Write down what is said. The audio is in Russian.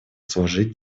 служить